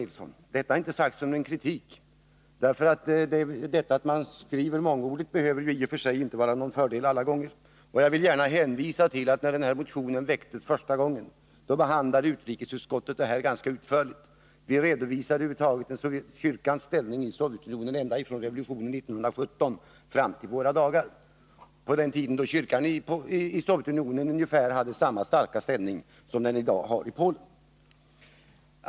Detta inte sagt som någon kritik. Att man skriver mångordigt behöver i och för sig inte vara någon fördel alla gånger. Jag vill gärna hänvisa till att när den här motionen väcktes första gången, så behandlade utskottet den ganska utförligt. Vi redovisade över huvud taget kyrkans ställning i Sovjetunionen ända från revolutionen 1917 fram till våra dagar, dvs. från den tid då kyrkan i Sovjetunionen hade ungefär samma starka ställning som den i dag har i Polen.